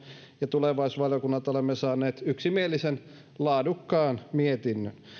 ja tulevaisuusvaliokunnalta olemme saaneet yksimielisen laadukkaan mietinnön